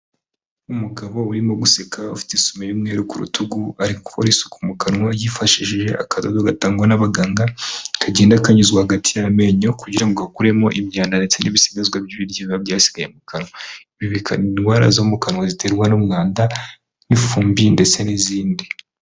Umugabo urimo guseka ufite isume y'umweru ku rutugu ari gukora isuku mu kanwa yifashishije akadodo gatangwa n'abaganga kagenda kanyuzwa hagati y'amenyo kugira ngo gakuremo imyanda ndetse n'ibisigazwa by'ibiryo biba byasigaye mu kanwa, ibi bikarinda indwara zo mu kanwa ziterwa n'umwanda, ifumbi ndetse n'izindi.